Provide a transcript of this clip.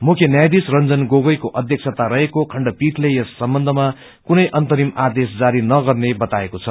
मुख्य न्यायधीशरंजजन गोगोईको अध्यक्षता रहेको खण्डपीठले यस सम्बन्धमा कुनै अन्तरिम आदेश जारी नगर्ने बताएको छ